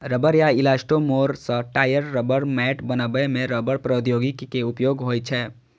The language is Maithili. रबड़ या इलास्टोमोर सं टायर, रबड़ मैट बनबै मे रबड़ प्रौद्योगिकी के उपयोग होइ छै